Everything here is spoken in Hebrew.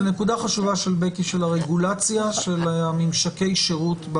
זו נקודה חשובה של בקי של הרגולציה של ממשקי השירות,